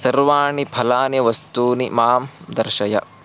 सर्वाणि फलानि वस्तूनि मां दर्शय